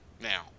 Now